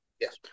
Yes